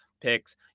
picks